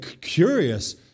curious